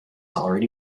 already